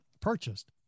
purchased